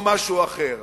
או משהו אחר.